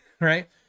right